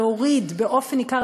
להוריד באופן ניכר,